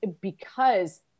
because-